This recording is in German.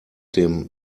dem